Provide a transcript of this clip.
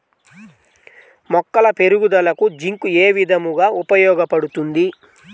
మొక్కల పెరుగుదలకు జింక్ ఏ విధముగా ఉపయోగపడుతుంది?